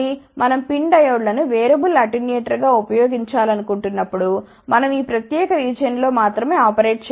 మనం PIN డయోడ్ను variable అటెన్యూయేటర్గా ఉపయోగించాలనుకుంటున్నప్పుడు మనం ఈ ప్రత్యేక రీజియన్ లో మాత్రమే ఆపరేట్ చేయాలి